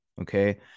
okay